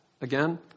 again